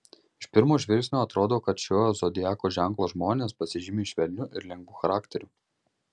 iš pirmo žvilgsnio atrodo kad šio zodiako ženklo žmonės pasižymi švelniu ir lengvu charakteriu